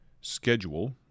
schedule